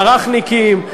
מערכניקים,